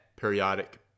periodic